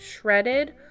shredded